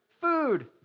Food